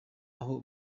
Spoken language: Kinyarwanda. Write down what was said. aho